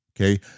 okay